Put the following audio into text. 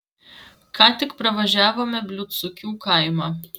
ką tik pravažiavome bliūdsukių kaimą